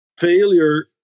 failure